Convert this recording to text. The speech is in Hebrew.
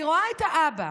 אני רואה את האבא